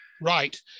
Right